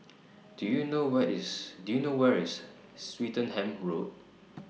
Do YOU know What IS Do YOU know Where IS Swettenham Road